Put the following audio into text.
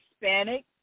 Hispanic